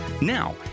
Now